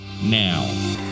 now